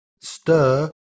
Stir